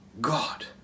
God